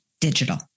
digital